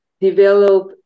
develop